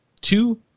two